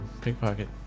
Pickpocket